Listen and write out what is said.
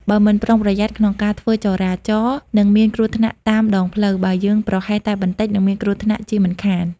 បើមិនប្រុងប្រយ័ត្នក្នុងការធ្វើចរាចរនឹងមានគ្រោះថ្នាក់តាមដងផ្លូវ បើយើងប្រហែសតែបន្តិចនិងមានគ្រោះថ្នាក់ជាមិនខាន។